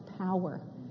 power